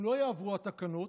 אם לא יעברו התקנות,